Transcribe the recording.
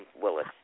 Willis